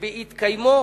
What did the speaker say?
שבהתקיימו